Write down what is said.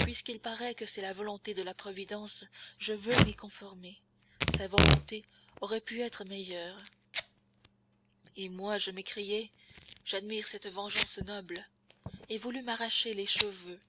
puisqu'il paraît que c'est la volonté de la providence je veux m'y conformer sa volonté aurait pu être meilleure et moi je m'écriai j'admire cette vengeance noble je voulus m'arracher les cheveux